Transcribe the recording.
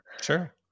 Sure